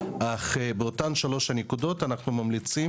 אך בשלוש הנקודות הללו אנו ממליצים